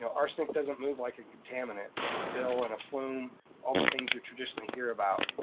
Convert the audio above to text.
you know arsenic doesn't move like a contaminant, a spill, and a plume all the things you traditionally hear about,